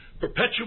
perpetual